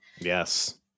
Yes